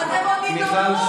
אתם עוד תתעוררו.